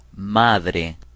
Madre